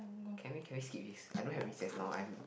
can we can we skip this I don't have recess now I'm